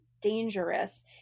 dangerous